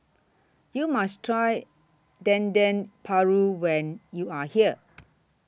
YOU must Try Dendeng Paru when YOU Are here